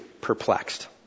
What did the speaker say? perplexed